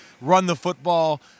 run-the-football